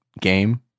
game